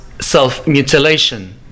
self-mutilation